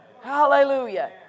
Hallelujah